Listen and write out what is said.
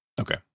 okay